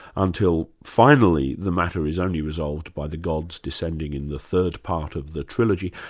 until finally the matter is only resolved by the gods descending in the third part of the trilogy,